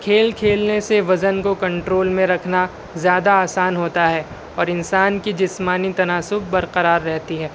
کھیل کھیلنے سے وزن کو کنٹرول میں رکھنا زیادہ آسان ہوتا ہے اور انسان کی جسمانی تناسب برقرار رہتی ہے